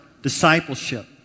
discipleship